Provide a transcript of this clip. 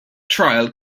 trial